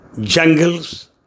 jungles